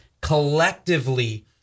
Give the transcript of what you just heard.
collectively